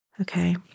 Okay